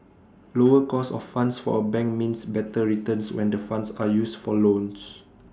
lower cost of funds for A bank means better returns when the funds are used for loans